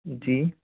जी